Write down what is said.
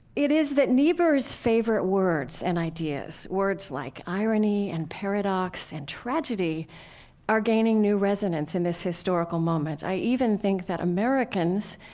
it is that niebuhr's favorite words and ideas, words like irony and paradox and tragedy are gaining new resonance in this historical moment. i even think that americans,